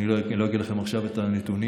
אני לא אגיד לכם עכשיו את הנתונים.